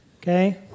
okay